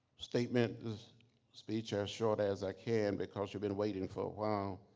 statement, this speech as short as i can, because you've been waiting for a while.